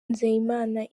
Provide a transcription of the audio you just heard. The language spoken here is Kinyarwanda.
nzeyimana